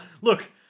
Look